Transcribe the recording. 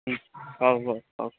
ହଉ ହଉ ହଉ